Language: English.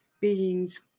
beings